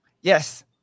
Yes